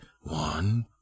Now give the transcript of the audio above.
one